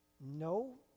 No